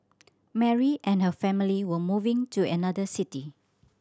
Mary and her family were moving to another city